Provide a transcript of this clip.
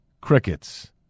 crickets